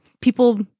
people